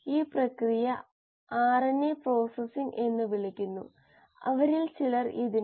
സ്ഥിരമായ പ്രവർത്തനത്തിനുള്ള വ്യവസ്ഥകൾ നമ്മൾ അറിഞ്ഞു